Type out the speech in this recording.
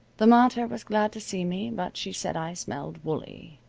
the mater was glad to see me, but she said i smelled woolly.